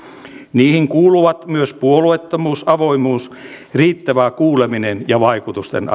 niihin kuuluvat myös puolueettomuus avoimuus riittävä kuuleminen ja vaikutusten